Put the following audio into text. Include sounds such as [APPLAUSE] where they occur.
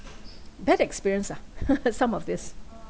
bad experience lah [LAUGHS] some of this